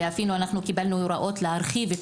ואפילו אנחנו קיבלנו הוראות להרחיב את